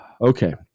okay